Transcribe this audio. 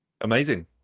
Amazing